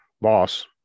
boss